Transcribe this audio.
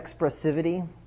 expressivity